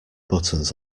buttons